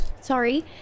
Sorry